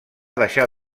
deixar